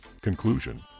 Conclusion